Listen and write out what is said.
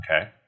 Okay